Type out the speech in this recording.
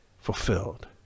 fulfilled